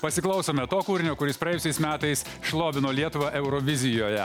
pasiklausome to kūrinio kuris praėjusiais metais šlovino lietuvą eurovizijoje